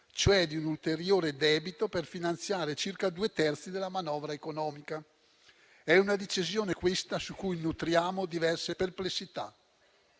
cioè di un ulteriore debito per finanziare circa due terzi della manovra economica. È una decisione, questa, su cui nutriamo diverse perplessità.